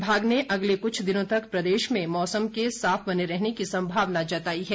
विभाग ने अगले कुछ दिनों तक प्रदेश में मौसम के साफ बने रहने की संभावना जताई है